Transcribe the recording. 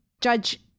Judge